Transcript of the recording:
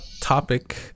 topic